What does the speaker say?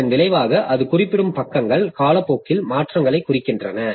இதன் விளைவாக அது குறிப்பிடும் பக்கங்கள் காலப்போக்கில் மாற்றங்களைக் குறிக்கின்றன